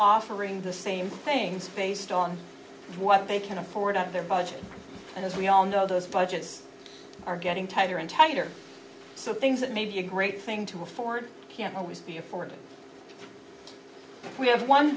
offering the same things based on what they can afford out of their budget and as we all know those budgets are getting tighter and tighter so things that may be a great thing to afford can't always be afforded we have one